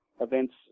events